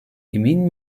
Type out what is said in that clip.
emin